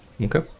Okay